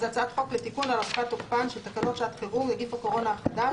"הצעת חוק לתיקון הארכת תוקפן של תקנות שעת חירום (נגיף הקורונה החדש,